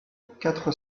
quatre